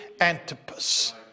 Antipas